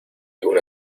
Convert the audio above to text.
una